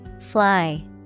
Fly